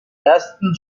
ersten